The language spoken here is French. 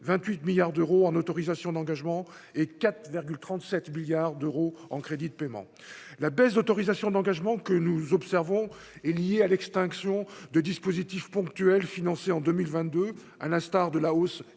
28 milliards d'euros en autorisations d'engagement et 4 37 milliards d'euros en crédits de paiement, la baisse d'autorisations d'engagement que nous observons est liée à l'extinction de dispositifs ponctuel financés en 2022, à l'instar de la hausse